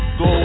go